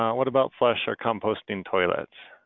um what about flush or composting toilets?